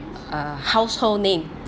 uh household name